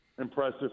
impressive